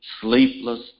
sleepless